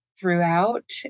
throughout